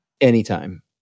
anytime